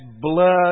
blood